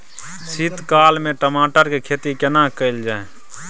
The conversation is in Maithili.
शीत काल में टमाटर के खेती केना कैल जाय?